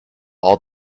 all